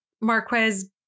Marquez